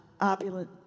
opulent